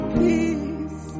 peace